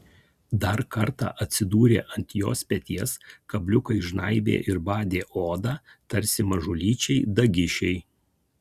dar kartą atsidūrė ant jos peties kabliukai žnaibė ir badė odą tarsi mažulyčiai dagišiai